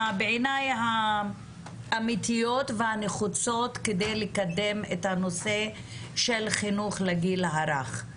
בעיניי האמיתיות והנחוצות כדי לקדם את הנושא של חינוך לגיל הרך.